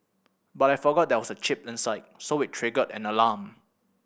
but I forgot there was a chip inside so it triggered an alarm